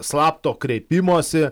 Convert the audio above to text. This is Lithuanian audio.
slapto kreipimosi